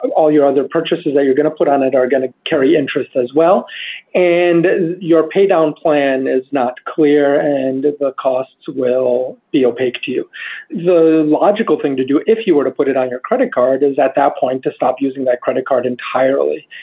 all your other purchases that you're going to put on it are going to carry interest as well and your pay down plan is not clear and the costs will be opaque to you the logical thing to do, if you were to put it on your credit card is at that point to stop using that credit card entirely.